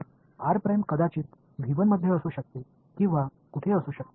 r இல் இருக்கக்கூடும் அல்லது அது எங்கே இருக்க முடியும்